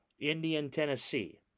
Indian-Tennessee